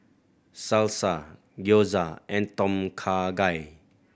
Salsa Gyoza and Tom Kha Gai